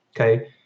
okay